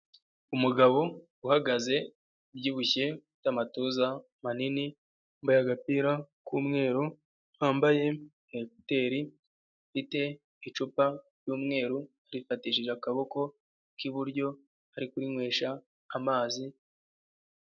Umugabo uhagaze ubyibushye ufite amatuza manini, wambaye agapira k'umweru, wambaye na ekuteri, afite icupa ry'umweru arifatishije akaboko k'iburyo ari kurinywesha amazi.